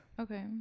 okay